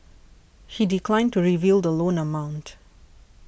he declined to reveal the loan amount